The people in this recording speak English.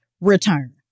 return